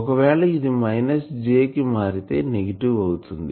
ఒకవేళ ఇది minus J కి మారితే నెగిటివ్ అవుతుంది